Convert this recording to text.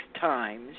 times